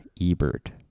Ebert